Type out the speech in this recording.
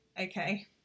Okay